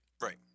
Right